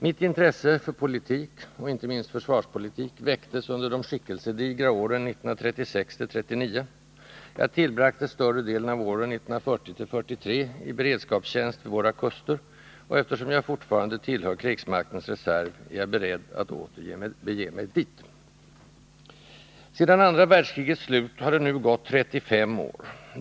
Mitt intresse för politik — inte minst försvarspolitik — väcktes under de skickelsedigra åren 1936-1939; jag tillbragte större delen av åren 1940-1943 i beredskapstjänst vid våra kuster, och eftersom jag fortfarande tillhör krigsmaktens reserv är jag beredd att åter bege mig dit. Sedan andra världskrigets slut har det nu gått 35 år.